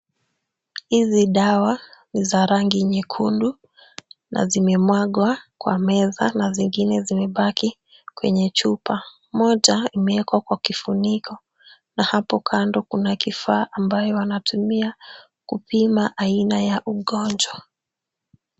Hizi dawa ni za rangi nyekundu na zimemwagwa kwa meza na zingine zimebaki kwenye chupa. Moja imeekwa kwa kifuniko na hapo kando kuna kifaa ambayo wanatumia kupima aina ya ugonjwa.